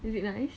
is it nice